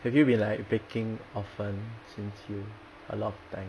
have you been like baking often since you a lot of time